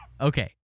Okay